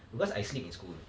because I sleep in school